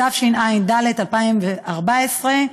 התשע"ד 2014,